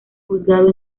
juzgado